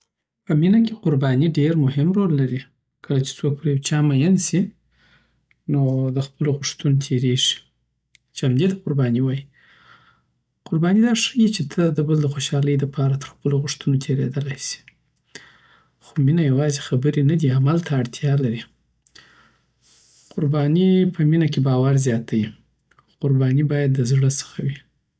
په مینه کې قرباني ډېر مهم رول لري. کله چې څوک پریوچا مین سی نو دخپلوغوښتنوتیریږی چی همدی ته قربانی وایی قرباني دا ښيي چې ته د بل د خوشحالۍ لپاره ترخپلوغوښتنو تیریدلای سی خومینه یوازې خبرې نه دي، عمل ته اړتیا لري. قرباني په مینه کی باور زیاتوي. خو قرباني باید له زړه څخه وی